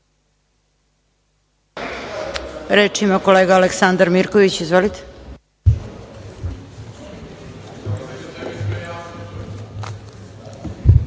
Reč ima kolega Aleksandar Mirković. Izvolite.